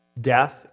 Death